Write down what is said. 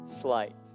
slight